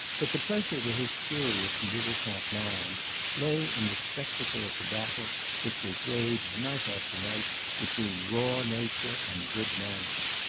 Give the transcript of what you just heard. but the pleasure to his curious and dilettante mind lay in the spectacle of the battle which was waged night after night between raw nature and good manners.